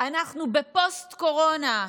אנחנו בפוסט-קורונה.